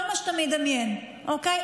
כל מה שאתה מדמיין, אוקיי?